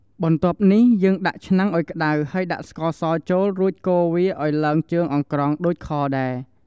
បន្ទាប់នេះយើងដាក់ឆ្នាំងឲ្យក្តៅហើយដាក់ស្ករសចូលរួចកូវាឱ្យឡើងជើងអង្ក្រងដូចខដែរ។